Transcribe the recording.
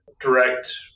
direct